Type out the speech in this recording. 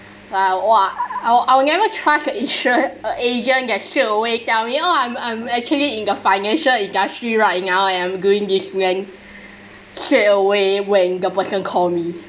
like !wah! I'll I'll never trust the insurance uh agent that straightaway tell me oh I'm I'm actually in the financial industry right now and I'm doing this now straightaway when the person call me